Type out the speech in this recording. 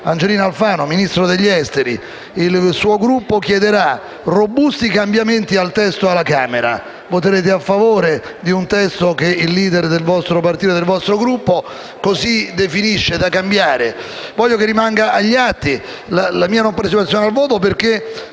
Angelino Alfano, ministro degli affari esteri, ha affermato che il suo Gruppo chiederà robusti cambiamenti al testo alla Camera. Voterete a favore di un testo che il *leader* del vostro partito e del vostro Gruppo definisce da cambiare? Voglio che rimanga agli atti la mia non partecipazione al voto, perché